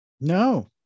no